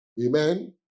Amen